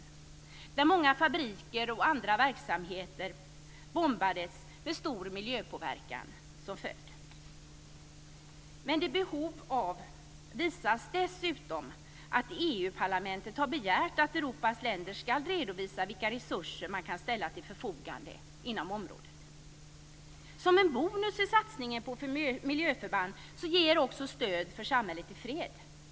Där bombades många fabriker och andra verksamheter med stor miljöpåverkan som följd. Att det finns behov av detta visas dessutom av att EU-parlamentet har begärt att Europas länder ska redovisa vilka resurser man kan ställa till förfogande inom området. Som en bonus i satsningen på miljöförband ger de också stöd för samhället i fred.